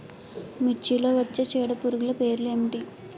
మిర్చిలో వచ్చే చీడపురుగులు పేర్లు ఏమిటి?